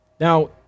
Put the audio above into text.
Now